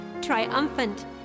Triumphant